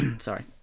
Sorry